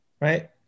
right